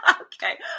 Okay